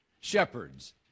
shepherds